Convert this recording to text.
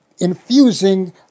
infusing